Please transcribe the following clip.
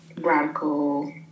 radical